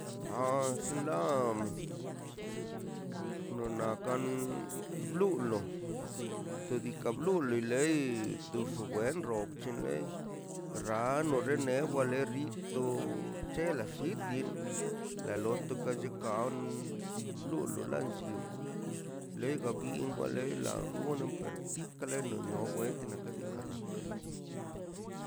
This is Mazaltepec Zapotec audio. A xinla o nakan bluulo te diikaꞌ bluilo de tixi wendo obchin le rano re newa na ri to xc̱hela xi din la loto nika lo xchao um lulo nan lli diu lega bin wale agono per tikale na ninnor wenta kanika rraka